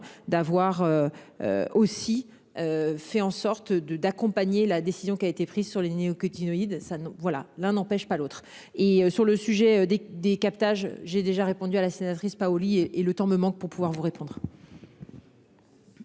d'avoir. Aussi. Fait en sorte de d'accompagner la décision qui a été prise sur les néo-que thyroïde ça ne voilà. L'un n'empêche pas l'autre et sur le sujet des des captages, j'ai déjà répondu à la sénatrice Paoli et et le temps me manque pour pouvoir vous répondre.